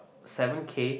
seven K